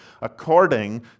according